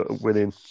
winning